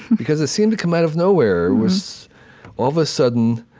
because it seemed to come out of nowhere. it was all of a sudden,